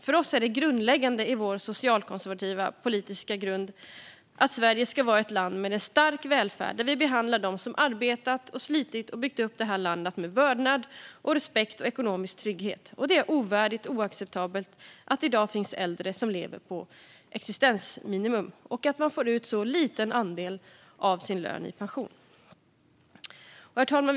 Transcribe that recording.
För oss med vår socialkonservativa politiska grund är det grundläggande att Sverige ska vara ett land med en stark välfärd, där vi behandlar dem som arbetat och slitit och byggt upp detta land med vördnad och respekt och ger dem ekonomisk trygghet. Det är ovärdigt och oacceptabelt att det i dag finns äldre som lever på existensminimum och att man får ut en så liten andel av sin lön i pension. Herr talman!